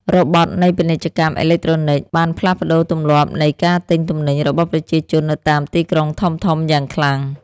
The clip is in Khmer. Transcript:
របត់នៃពាណិជ្ជកម្មអេឡិចត្រូនិកបានផ្លាស់ប្តូរទម្លាប់នៃការទិញទំនិញរបស់ប្រជាជននៅតាមទីក្រុងធំៗយ៉ាងខ្លាំង។